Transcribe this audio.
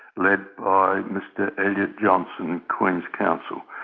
led by mr elliott johnston, queen's counsel,